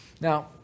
Now